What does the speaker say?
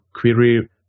query